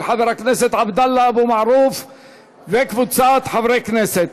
של חבר הכנסת עבדאללה אבו מערוף וקבוצת חברי הכנסת.